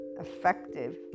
effective